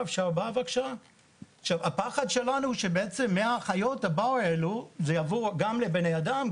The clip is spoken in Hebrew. הפחד שלנו הוא שמחיות הבר האלו זה יעבור גם לבני אדם,